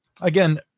again